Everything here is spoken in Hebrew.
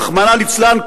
רחמנא ליצלן,